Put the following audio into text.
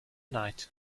night